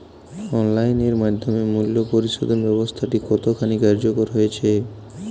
Online এর মাধ্যমে মূল্য পরিশোধ ব্যাবস্থাটি কতখানি কার্যকর হয়েচে?